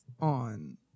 on